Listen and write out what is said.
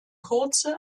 kurze